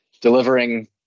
delivering